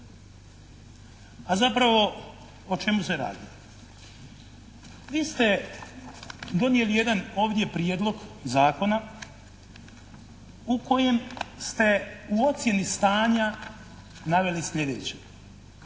A zapravo o čemu se radi? Vi ste donijeli jedan ovdje prijedlog zakona u kojem ste u ocjeni stanja naveli sljedeće,